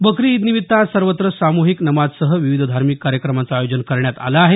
बकरी ईद निमित्त आज सर्वत्र साम्हिक नमाजसह विविध धार्मिक कार्यक्रमांचं आयोजन करण्यात आलं आहे